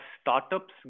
startups